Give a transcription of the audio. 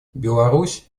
беларусь